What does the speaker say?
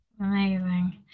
Amazing